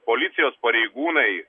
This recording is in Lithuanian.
policijos pareigūnai